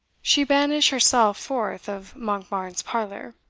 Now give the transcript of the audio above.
she banish herself forth of monkbarns parlour.